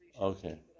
okay